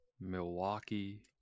Milwaukee